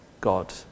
God